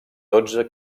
dotze